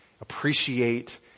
appreciate